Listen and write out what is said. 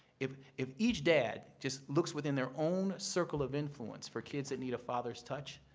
if if each dad just looks within their own circle of influence for kids that need a father's touch,